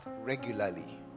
regularly